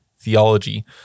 theology